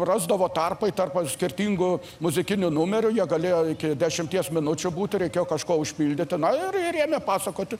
rasdavo tarpai tarp skirtingų muzikinių numerių jie galėjo iki dešimties minučių būti reikėjo kažkuo užpildyti na ir ir jie ėmė pasakoti